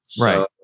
Right